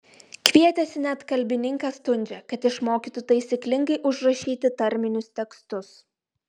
kvietėsi net kalbininką stundžią kad išmokytų taisyklingai užrašyti tarminius tekstus